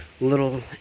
Little